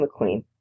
McQueen